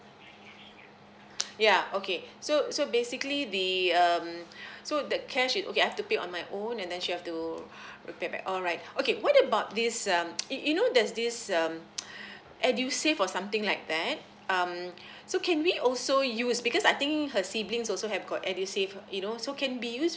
yeah okay so so basically the um so the cash it okay I have to pay on my own and then she have to repay back alright okay what about this um you you know there's this um edusave or something like that um so can we also use because I think her siblings also have got edusave you know so can be used